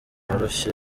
woroshye